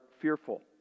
fearful